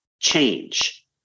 change